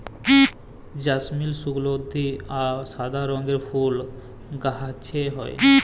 জেসমিল সুগলধি অ সাদা রঙের ফুল গাহাছে হয়